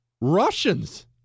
Russians